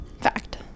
fact